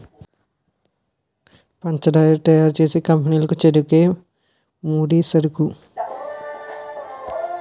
పంచదార తయారు చేసే కంపెనీ లకు చెరుకే ముడిసరుకు